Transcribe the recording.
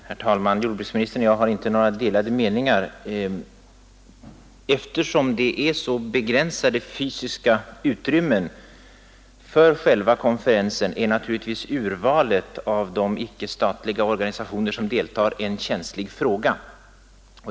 Herr talman! Jordbruksministern och jag har inte några delade meningar. Eftersom det är så begränsade fysiska utrymmen för själva konferensen är naturligtvis urvalet av de icke-statliga organisationer som deltar en känslig fråga.